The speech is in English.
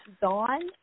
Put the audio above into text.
dawn